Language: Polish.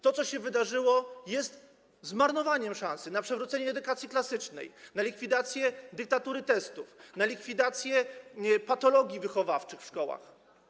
To, co się wydarzyło, jest zmarnowaniem szansy na przywrócenie edukacji klasycznej, na likwidację dyktatury testów, na likwidację patologii wychowawczych w szkołach.